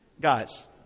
Guys